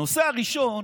הנושא הראשון